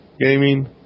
gaming